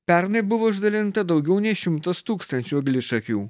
pernai buvo išdalinta daugiau nei šimtas tūkstančių eglišakių